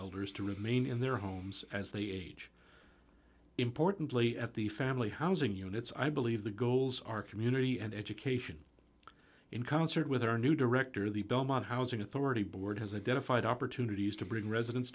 elders to remain in their homes as they age importantly at the family housing units i believe the goals are community and education in concert with our new director the belmont housing authority board has identified opportunities to bring residen